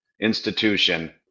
institution